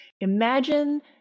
imagine